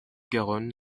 garonne